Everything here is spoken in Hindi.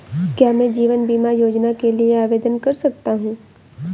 क्या मैं जीवन बीमा योजना के लिए आवेदन कर सकता हूँ?